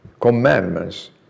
commandments